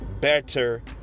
better